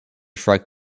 strike